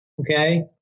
Okay